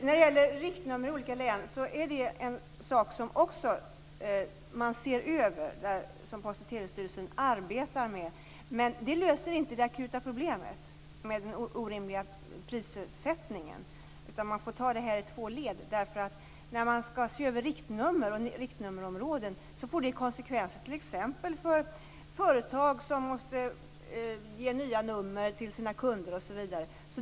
Fru talman! Riktnummer i olika län är en sak som ses över och som Post och telestyrelsen arbetar med. Men det löser inte det akuta problemet med den orimliga prissättningen, utan man får ta detta i två led. När man ser över riktnummerområden får detta konsekvenser t.ex. för företag som måste ge nya nummer till sina kunder osv.